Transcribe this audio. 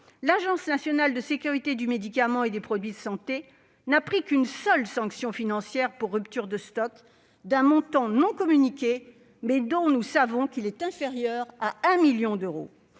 l'Agence nationale de sécurité du médicament et des produits de santé, l'ANSM, n'a pris qu'une seule sanction financière pour rupture de stock, d'un montant non communiqué, mais dont nous savons qu'il est inférieur à 1 million d'euros.